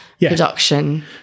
production